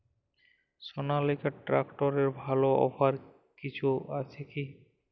সনালিকা ট্রাক্টরে ভালো অফার কিছু আছে কি?